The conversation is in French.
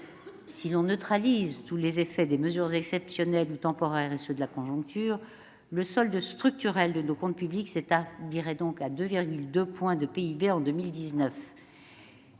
Si l'on neutralise tous les effets des mesures exceptionnelles ou temporaires et ceux de la conjoncture, le solde structurel de nos comptes publics s'établirait à 2,2 points de PIB en 2019.